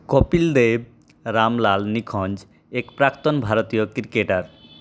কপিল দেব রামলাল নিখঞ্জ এক প্রাক্তন ভারতীয় ক্রিকেটার